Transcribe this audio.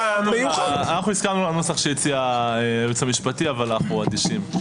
אנחנו הסכמנו לנוסח שהציע הייעוץ המשפטי אבל אנחנו אדישים.